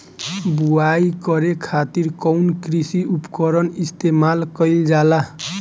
बुआई करे खातिर कउन कृषी उपकरण इस्तेमाल कईल जाला?